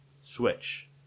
switch